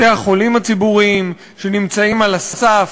בתי-החולים הציבוריים שנמצאים על הסף.